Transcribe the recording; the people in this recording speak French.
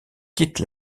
quitte